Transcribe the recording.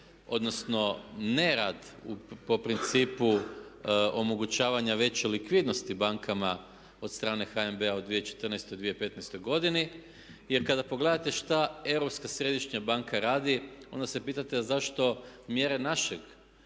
odnosno nerad po principu omogućavanja veće likvidnosti bankama od strane HNB-a u 2014. i 2015. godini. Jer kada pogledate što Europska središnja banka radi onda se pitate a zašto mjere naše